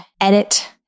edit